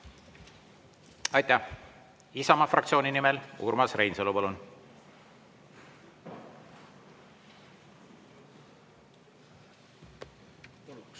Aitäh! Isamaa fraktsiooni nimel Urmas Reinsalu,